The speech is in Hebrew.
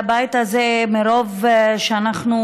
מרוב שאנחנו